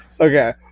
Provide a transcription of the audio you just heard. Okay